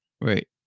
right